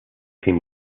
team